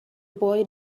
boy